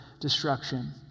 destruction